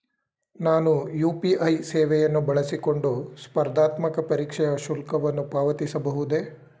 ನಾನು ಯು.ಪಿ.ಐ ಸೇವೆಯನ್ನು ಬಳಸಿಕೊಂಡು ಸ್ಪರ್ಧಾತ್ಮಕ ಪರೀಕ್ಷೆಯ ಶುಲ್ಕವನ್ನು ಪಾವತಿಸಬಹುದೇ?